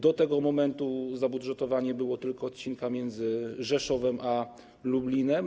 Do tego momentu zabudżetowany był tylko odcinek między Rzeszowem a Lublinem.